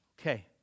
Okay